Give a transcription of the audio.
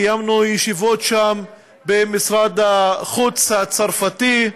קיימנו ישיבות שם במשרד החוץ הצרפתי.